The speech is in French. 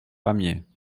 pamiers